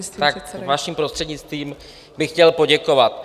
Tak vaším prostřednictvím bych chtěl poděkovat.